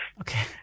Okay